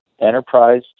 enterprise